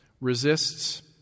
resists